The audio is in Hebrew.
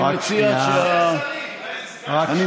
אני מציע,